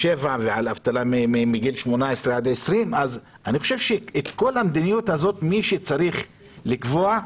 ולאבטלה בגילאי 18 20. אני חושב שאת כל המדיניות הזאת מי שצריך לקבוע,